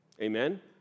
Amen